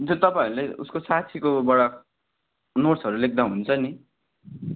हुन्छ तपाँईहरूले उसको साथीकोबाट नोट्सहरू लेख्दा हुन्छ नि